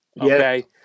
Okay